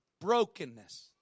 brokenness